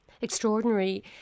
Extraordinary